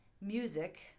music